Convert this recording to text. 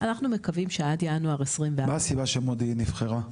אנחנו מקווים שעד ינואר 2024. מה הסיבה שמודיעין נבחרה?